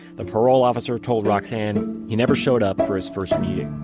the parole officer told roxane he never showed up for his first meeting